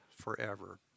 forever